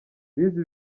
bize